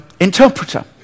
interpreter